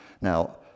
Now